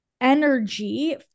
energy